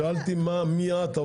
שאלתי מי את,